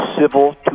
civil